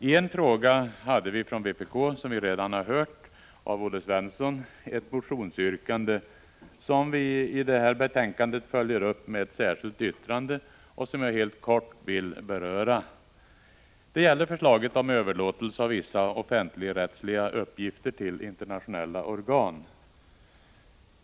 I en fråga hade vi från vpk, som vi redan har hört av Olle Svensson, ett motionsyrkande, som vi i detta betänkande följer upp med ett särskilt yttrande och som jag helt kort vill beröra. Det gäller förslaget om överlåtelse av vissa offentligrättsliga uppgifter till internationella organ.